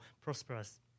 prosperous